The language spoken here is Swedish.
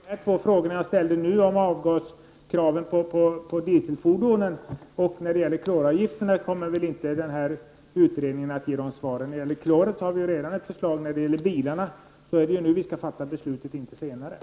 Herr talman! Utredningen kommer väl inte att ge något svar på mina två — 12 juni 1990 frågor om avgaskraven när det gäller dieselfordonen och om kloravgifterna. Beträffande klor finns det redan ett förslag, och när det gäller bilarna är det nu och inte senare som beslutet skall fattas.